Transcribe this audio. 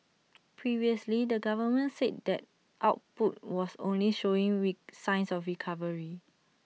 previously the government said that output was only showing we signs of recovery